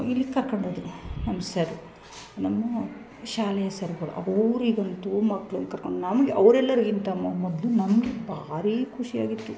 ಇಲ್ಲಿಗೆ ಕರ್ಕೊಂಡ್ ಹೋದ್ರು ನಮ್ಮ ಸರು ನಮ್ಮ ಶಾಲೆಯ ಸರ್ಗಳು ಅವರಿಗಂತೂ ಮಕ್ಳನ್ನು ಕರ್ಕೊಂಡು ನಮ್ಗೆ ಅವರೆಲ್ಲರ್ಗಿಂತ ಮೊದಲು ನಮ್ಗೆ ಭಾರಿ ಖುಷಿ ಆಗಿತ್ತು